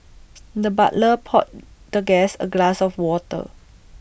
the butler poured the guest A glass of water